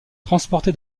transporté